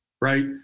Right